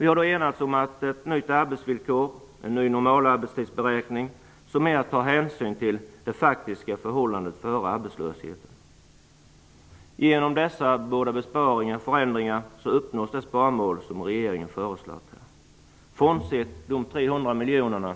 Utskottet har enats om ett nytt arbetsvillkor och en ny normalarbetstidsberäkning som mer tar hänsyn till det faktiska förhållandet före arbetslösheten. Genom dessa båda förändringar uppnås det sparmål som regeringen föreslagit frånsett de 300 miljoner